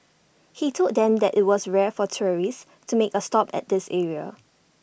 he told them that IT was rare for tourists to make A stop at this area